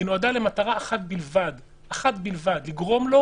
והיא נועדה למטרה אחת בלבד: לגרום לו